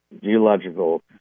geological